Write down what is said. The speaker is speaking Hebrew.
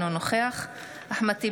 אינו נוכח אחמד טיבי,